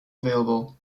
available